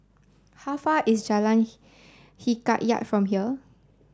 how far away is Jalan Hikayat from here